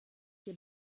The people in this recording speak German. hier